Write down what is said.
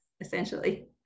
essentially